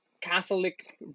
Catholic